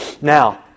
Now